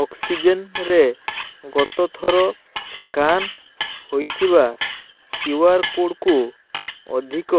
ଅକ୍ସିଜେନ୍ରେ ଗତଥର ସ୍କାନ୍ ହୋଇଥିବା କ୍ୟୁଆର୍ କୋଡ଼୍କୁ ଅଧିକ